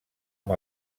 amb